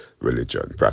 religion